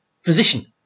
physician